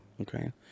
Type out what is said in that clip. Okay